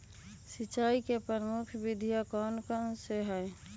सिंचाई की प्रमुख विधियां कौन कौन सी है?